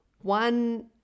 One